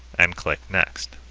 um click next